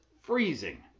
freezing